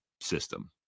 system